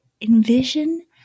envision